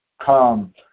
come